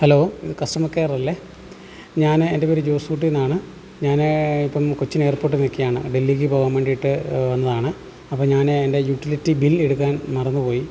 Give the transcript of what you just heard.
hello ഇത് customer കെയറല്ലേ ഞാൻ എൻ്റെ പേര് ജോസൂട്ടി എന്നാണ് ഞാൻ ഇപ്പം കൊച്ചിൻ എയർപോർട്ടിൽ നിൽക്കുകയാണ് ഡൽഹിക്ക് പോവാൻ വേണ്ടിയിട്ട് വന്നതാണ് അപ്പം ഞാൻ എൻ്റെ യൂട്ടിലിറ്റി ബിൽ എടുക്കാൻ മറന്നുപോയി